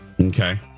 Okay